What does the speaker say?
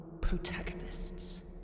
protagonists